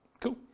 Cool